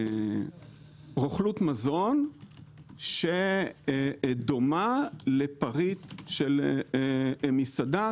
של רוכלות מזון שדומה לפריט של מסעדה,